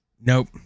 Nope